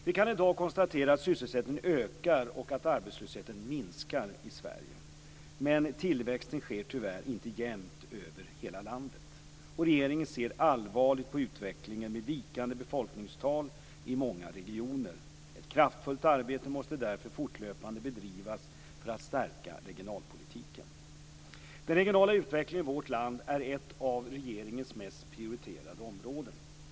Vi kan i dag konstatera att sysselsättningen ökar och att arbetslösheten minskar i Sverige. Men tillväxten sker tyvärr inte jämnt över hela landet. Regeringen ser allvarligt på utvecklingen med vikande befolkningstal i många regioner. Ett kraftfullt arbete måste därför fortlöpande bedrivas för att stärka regionalpolitiken. Den regionala utvecklingen i vårt land är ett av regeringens mest prioriterade områden.